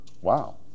Wow